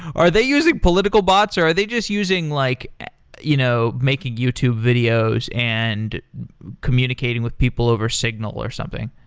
are they using political bots, or are they just using like you know making youtube videos and communicating with people over signal or something.